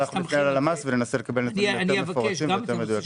אנחנו נפנה ללמ"ס וננסה לקבל נתונים יותר מפורטים ויותר מדויקים.